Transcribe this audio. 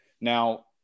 now